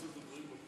אדוני היושב-ראש,